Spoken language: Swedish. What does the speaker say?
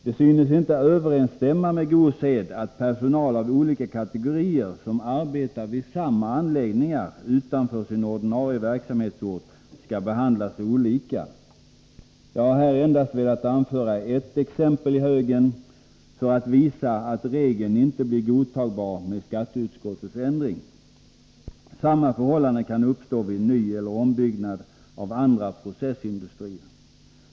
Det synes inte överensstämma med god sed att personal av olika kategorier som arbetar vid samma anläggning utanför sin ordinarie verksamhetsort skall behandlas olika. Jag har här endast velat anföra ett exempel i högen, för att visa att regeln inte blir godtagbar med skatteutskottets ändring. Samma förhållande kan uppstå vid nyeller ombyggnad av andra processindustrier.